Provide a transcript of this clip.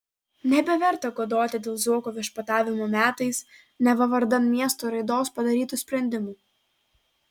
nebeverta godoti dėl zuoko viešpatavimo metais neva vardan miesto raidos padarytų sprendimų